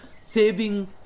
saving